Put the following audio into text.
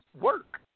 work